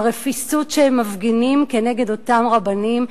ברפיסות שהם מפגינים כנגד אותם רבנים,